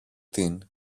την